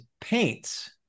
paints